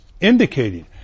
indicating